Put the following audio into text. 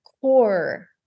core